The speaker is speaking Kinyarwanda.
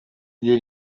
didier